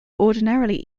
ordinarily